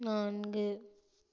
நான்கு